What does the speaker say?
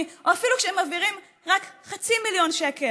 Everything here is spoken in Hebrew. או אפילו כשהם מעבירים רק חצי מיליון שקל,